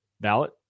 ballot